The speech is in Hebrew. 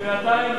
בינתיים,